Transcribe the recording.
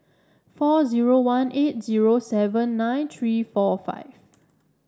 four zero one eight zero seven nine three four five